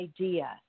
idea